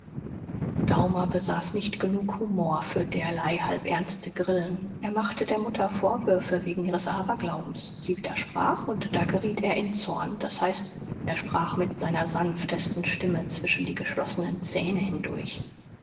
unheil daumer besaß nicht genug humor für derlei halbernste grillen er machte der mutter vorwürfe wegen ihres aberglaubens sie widersprach und da geriet er in zorn das heißt er sprach mit seiner sanftesten stimme zwischen die geschlossenen zähne hindurch